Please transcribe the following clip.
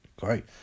Great